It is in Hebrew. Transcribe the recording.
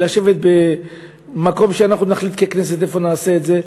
לשבת במקום שאנחנו נחליט ככנסת איפה נעשה את זה,